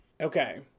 Okay